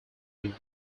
him